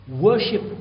Worship